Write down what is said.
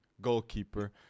goalkeeper